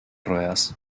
ruedas